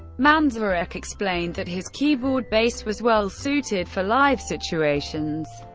manzarek explained that his keyboard bass was well-suited for live situations,